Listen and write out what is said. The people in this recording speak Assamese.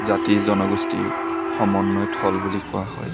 জাতি জনগোষ্ঠীৰ সমন্ৱয়থল বুলি কোৱা হয়